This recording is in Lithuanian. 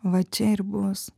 va čia ir bus